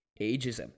ageism